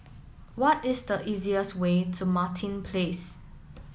what is the easiest way to Martin Place